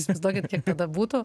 įsivaizduokit kiek tada būtų